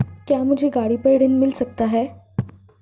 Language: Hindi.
क्या मुझे गाड़ी पर ऋण मिल सकता है?